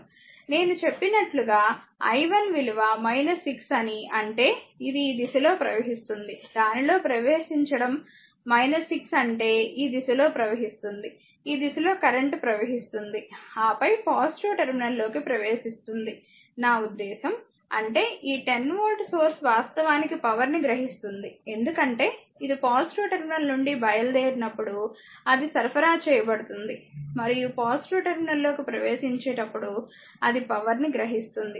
నేను చెప్పినట్లు గా i 1 విలువ 6 అని అంటే ఇది ఈ దిశలో ప్రవహిస్తుంది దానిలో ప్రవేశించడం 6 అంటే ఈ దిశలో ప్రవహిస్తుంది ఈ దిశలో కరెంట్ ప్రవహిస్తుంది ఆపై టెర్మినల్ లోకి ప్రవేశిస్తుంది నా ఉద్దేశ్యం అంటే ఈ 10 వోల్టేజ్ సోర్స్ వాస్తవానికి పవర్ ని గ్రహిస్తుంది ఎందుకంటే ఇది టెర్మినల్ నుండి బయలుదేరినప్పుడు అది సరఫరా చేయబడుతుంది మరియు టెర్మినల్ లోకి ప్రవేశించేటప్పుడు అది పవర్ ని గ్రహిస్తుంది